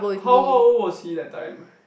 how how old was he that time